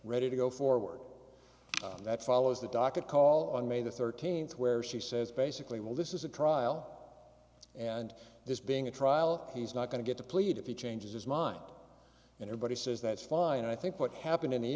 ready to go forward that follows the docket call on may thirteenth where she says basically well this is a trial and this being a trial he's not going to get to play it if he changes his mind and everybody says that's fine i think what happened in the